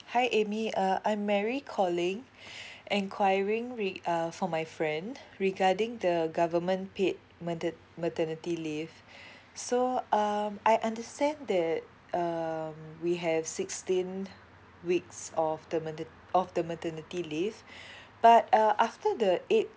hi amy uh I'm mary calling enquiring reg~ uh for my friend regarding the government paid mater~ maternity leave so um I understand that um we have sixteen weeks of the mater~ of the maternity leave but uh after the eight